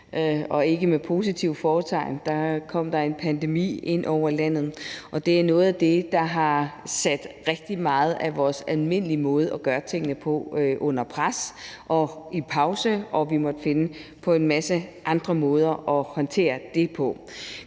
og ikke med positive fortegn. Der kom en pandemi ind over landet, og det er noget af det, der har sat rigtig meget af vores almindelige måde at gøre tingene på under pres og på pause, og vi måtte finde på en masse andre måder at håndtere det på.